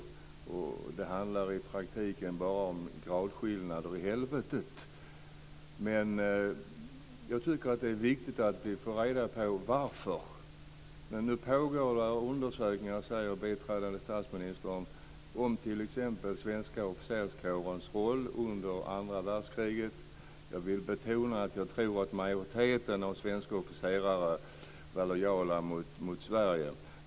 I praktiken handlar det bara om gradskillnader i helvetet. Men jag tycker att det är viktigt att vi får reda på varför. Det pågår undersökningar, säger biträdande statsministern, om t.ex. den svenska officerskårens roll under andra världskriget. Jag vill betona att jag tror att majoriteten av svenska officerare var lojala mot Sverige.